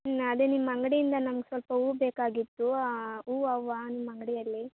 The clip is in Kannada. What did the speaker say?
ಅದೇ ನಿಮ್ಮ ಅಂಗಡಿಯಿಂದ ನಮಗೆ ಸ್ವಲ್ಪ ಹೂವು ಬೇಕಾಗಿತ್ತು ಹೂವು ಹೂವು ನಿಮ್ಮ ಅಂಗಡಿಯಲ್ಲಿ